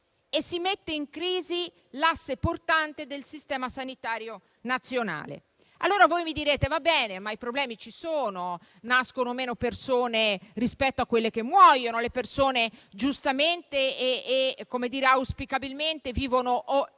e si mette in crisi l'asse portante del Sistema sanitario nazionale. Mi direte che i problemi ci sono, che nascono meno persone rispetto a quelle che muoiono, che le persone giustamente e auspicabilmente vivono